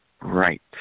Right